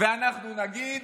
ואנחנו נגיד: